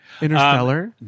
Interstellar